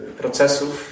procesów